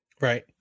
Right